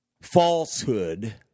falsehood